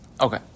Okay